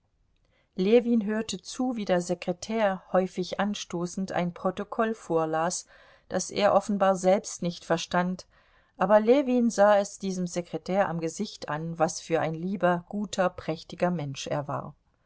ljewin hörte zu wie der sekretär häufig anstoßend ein protokoll vorlas das er offenbar selbst nicht verstand aber ljewin sah es diesem sekretär am gesicht an was für ein lieber guter prächtiger mensch er war